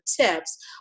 tips